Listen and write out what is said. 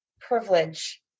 privilege